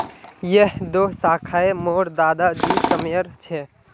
यह दो शाखए मोर दादा जी समयर छे